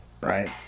right